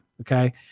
Okay